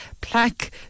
Plaque